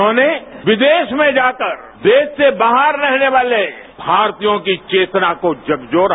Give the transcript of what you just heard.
उन्होंने विदेश में जाकर देश से बाहर रहने वाले भारतीयों की चेतना को झकझोरा